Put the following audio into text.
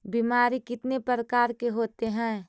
बीमारी कितने प्रकार के होते हैं?